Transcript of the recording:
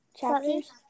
chapters